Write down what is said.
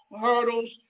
hurdles